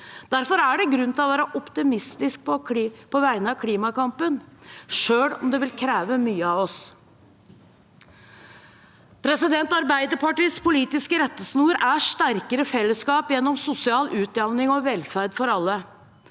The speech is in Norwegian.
Derfor er det grunn til å være optimistisk på vegne av klimakampen, selv om det vil kreve mye av oss. Arbeiderpartiets politiske rettesnor er sterkere fellesskap gjennom sosial utjevning og velferd for alle.